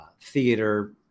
Theater